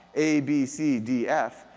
a, b, c, d, f,